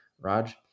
Raj